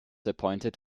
appointed